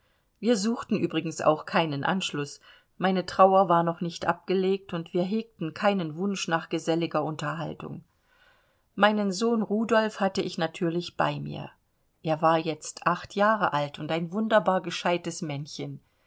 wir suchten übrigens auch keinen anschluß meine trauer war noch nicht abgelegt und wir hegten keinen wunsch nach geselliger unterhaltung meinen sohn rudolf hatte ich natürlich bei mir er war jetzt acht jahre alt und ein wunderbar gescheites männchen